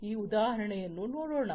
ಈ ಉದಾಹರಣೆಯನ್ನು ನೋಡೋಣ